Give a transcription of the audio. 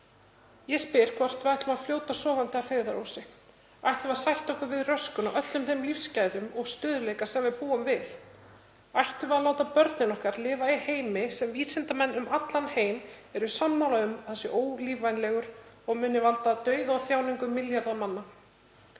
Ég spyr hvort við ætlum að fljóta sofandi að feigðarósi. Ætlum við að sætta okkur við röskun á öllum þeim lífsgæðum og stöðugleika sem við búum við? Ætlum við að láta börnin okkar lifa í heimi sem vísindamenn um allan heim eru sammála um að sé ólífvænlegur og muni valda dauða og þjáningum milljarða manna?